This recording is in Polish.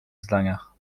zdaniach